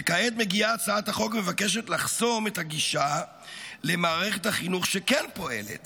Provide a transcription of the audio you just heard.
וכעת מגיעה הצעת החוק ומבקשת לחסום את הגישה למערכת החינוך שכן פועלת